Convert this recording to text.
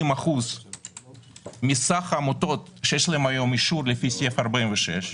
80% מסך העמותות שיש להן היום אישור לפי סעיף 46,